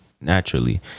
naturally